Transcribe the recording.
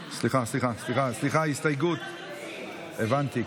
סליחה, הבנתי.